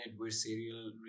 adversarial